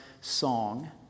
song